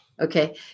Okay